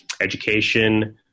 education